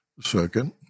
Second